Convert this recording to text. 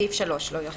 סעיף 3 לא יחול.